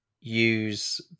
use